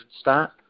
start